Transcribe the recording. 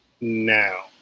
now